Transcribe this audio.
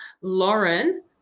Lauren